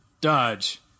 dodge